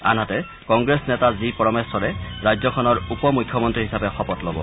আনহাতে কংগ্ৰেছ নেতা জি পৰমেশ্বৰে ৰাজ্যখনৰ উপ মুখ্যমন্ত্ৰী হিচাপে শপত লব